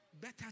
Better